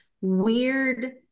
weird